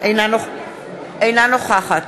אינה נוכחת